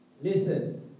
Listen